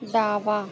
डावा